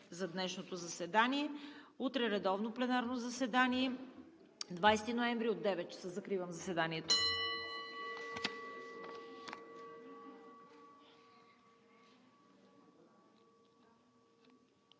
за днешното заседание. Утре, редовно пленарно заседание – 20 ноември, от 9,00 часа. Закривам заседанието.